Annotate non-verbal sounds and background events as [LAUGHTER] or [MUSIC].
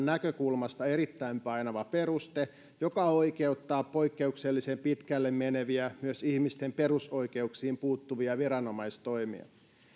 [UNINTELLIGIBLE] näkökulmasta erittäin painava peruste joka oikeuttaa poikkeuksellisen pitkälle meneviä myös ihmisten perusoikeuksiin puuttuvia viranomaistoimia